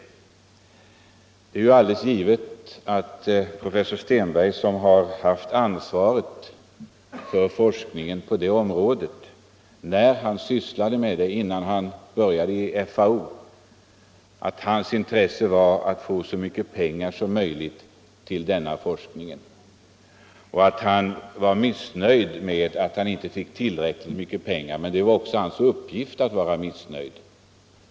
Det är alldeles givet att professor Steenberg, som hade ansvaret för forskningen på det här området innan han började i FAO, hade intresse av att få så mycket pengar som möjligt till denna forskning. Han var missnöjd med att han inte fick tillräckligt mycket pengar. Det var hans uppgift att vara missnöjd.